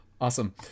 Awesome